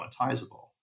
monetizable